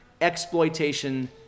exploitation